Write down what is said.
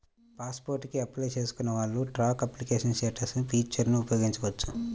pass port కి apply చేసుకున్న వాళ్ళు ట్రాక్ అప్లికేషన్ స్టేటస్ ఫీచర్ని ఉపయోగించవచ్చు